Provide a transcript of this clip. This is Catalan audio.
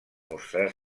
mostrar